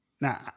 Now